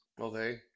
Okay